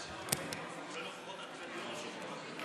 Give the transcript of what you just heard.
לבטל רישיון ישיבה בכל הנוגע לתושבי מזרח ירושלים ורמת הגולן,